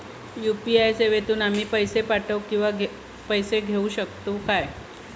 UPI सेवेतून आम्ही पैसे पाठव किंवा पैसे घेऊ शकतू काय?